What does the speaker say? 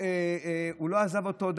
הוא לא עזב אותו,